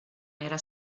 era